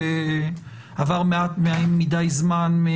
כי עבר מעט מדי זמן.